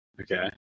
Okay